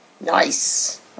Nice